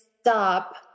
stop